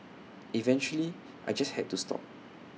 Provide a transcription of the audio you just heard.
eventually I just had to stop